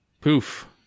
poof